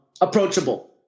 approachable